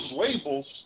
labels